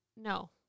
No